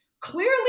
Clearly